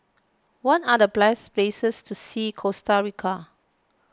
what are the best places to see in Costa Rica